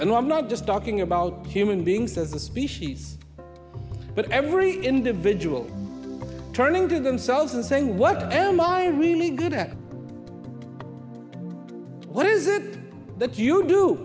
and i'm not just talking about human beings as a species but every individual turning to themselves and saying what am i really good at what is it that you